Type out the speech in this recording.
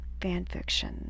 fanfiction